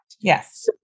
Yes